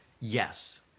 Yes